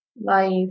Life